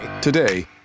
Today